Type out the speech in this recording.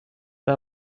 pas